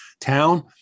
town